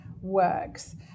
works